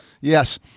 Yes